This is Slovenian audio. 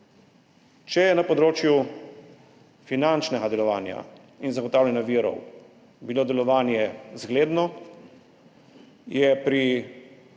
Če je bilo na področju finančnega delovanja in zagotavljanja virov delovanje zgledno, je